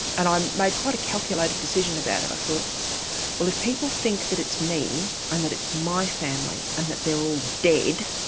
and i might quite a calculated decision about it. i thought well if people think that it's me, and that it's my family, and that they're all dead,